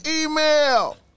email